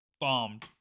bombed